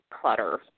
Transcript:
clutter